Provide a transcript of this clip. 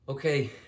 Okay